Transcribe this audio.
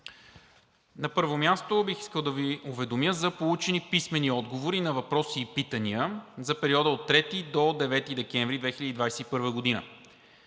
На първо място бих искал да Ви уведомя за получени писмени отговори на въпроси и питания за периода от 3 до 9 декември 2021 г.